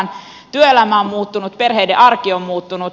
työelämä on muuttunut perheiden arki on muuttunut